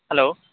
hello